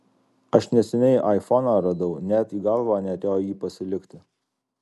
aš neseniai aifoną radau net į galvą neatėjo jį pasilikti